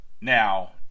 Now